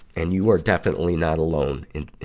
and you are definitely not alone in,